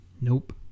Nope